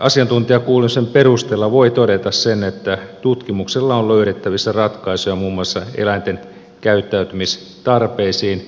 asiantuntijakuulemisen perusteella voi todeta sen että tutkimuksella on löydettävissä ratkaisuja muun muassa eläinten käyttäytymistarpeisiin